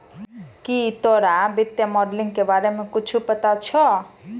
की तोरा वित्तीय मोडलिंग के बारे मे कुच्छ पता छौं